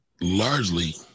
largely